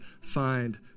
find